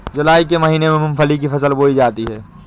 जूलाई के महीने में मूंगफली की फसल बोई जाती है